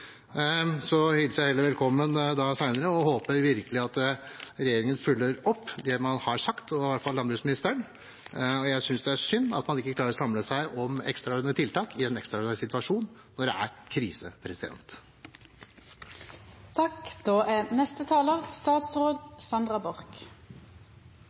håper virkelig at regjeringen følger opp det man har sagt – i hvert fall landbruksministeren. Jeg synes det er synd at man ikke klarer å samle seg om ekstraordinære tiltak i en ekstraordinær situasjon – når det er krise. Jeg må først få takke for det som har vært en god debatt. Jeg er